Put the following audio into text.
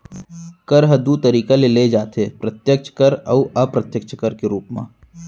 कर ह दू तरीका ले लेय जाथे प्रत्यक्छ कर अउ अप्रत्यक्छ कर के रूप म